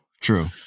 True